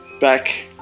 back